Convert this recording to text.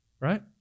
right